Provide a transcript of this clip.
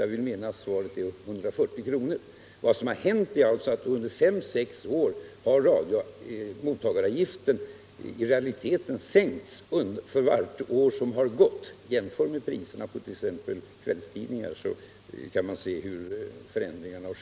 Jag vill minnas att svaret är 140 kr. Vad som hänt är alltså att under fem till sex år mottagaravgiften i realiteten varje år har sänkts. Om man jämför med prishöjningarna på t.ex. kvällstidningar, kan man se hur stora förändringarna varit.